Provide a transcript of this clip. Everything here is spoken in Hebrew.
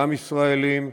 גם ישראלים,